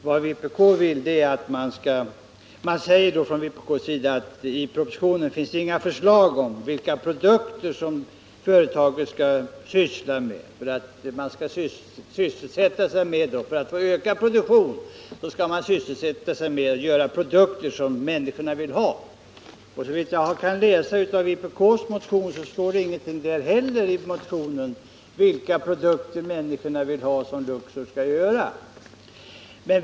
Vpk pekar på att det i propositionen inte finns några förslag till vilka produkter som företaget skall ägna sig åt för att få till stånd en ökad produktion och menar, att företaget för detta ändamål skall sysselsätta sig med produkter som människorna vill ha. Men såvitt jag kan se finns det inte heller i vpk:s motion något angivande av vilka produkter det är som människorna vill ha och som Luxor skall tillverka.